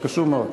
זה קשור מאוד.